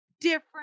different